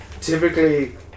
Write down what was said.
Typically